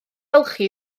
olchi